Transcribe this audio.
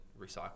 recycle